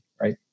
right